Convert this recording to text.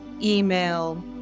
email